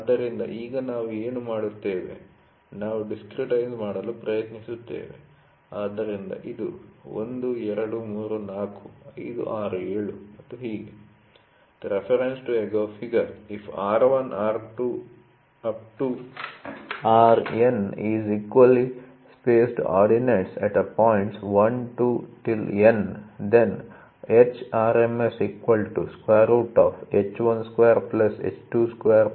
ಆದ್ದರಿಂದ ಈಗ ನಾವು ಏನು ಮಾಡುತ್ತೇವೆ ನಾವು ಡಿಸ್ಕ್ರೀಟೈಸ್ ಮಾಡಲು ಪ್ರಯತ್ನಿಸುತ್ತೇವೆ ಆದ್ದರಿಂದ ಇದು 1 2 3 4 5 6 7 ಮತ್ತು ಹೀಗೆ